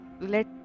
let